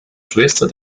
schwester